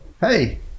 hey